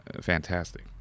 fantastic